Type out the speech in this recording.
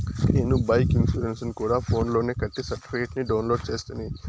నేను బైకు ఇన్సూరెన్సుని గూడా ఫోన్స్ లోనే కట్టి సర్టిఫికేట్ ని డౌన్లోడు చేస్తిని